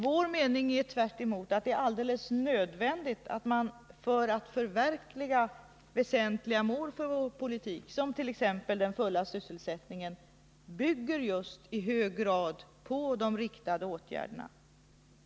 Vår mening är tvärtemot att det är alldeles nödvändigt att man för att kunna förverkliga väsentliga mål för vår politik, bl.a. den fulla sysselsättningen, i hög grad måste bygga på riktade åtgärder.